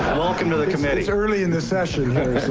welcome to the committee. it's early in the session here,